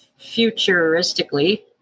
futuristically